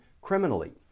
criminally